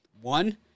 One